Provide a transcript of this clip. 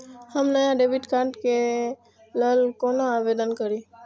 हम नया debit card के लल कौना आवेदन करि?